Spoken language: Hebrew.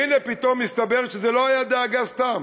והנה, פתאום מסתבר שזו לא הייתה דאגה סתם.